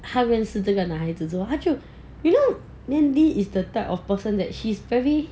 他认识这个男孩子之后他就 you know mandy is the type of person that he's very